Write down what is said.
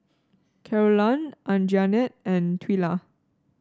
Carolann Anjanette and Twila